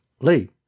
Lee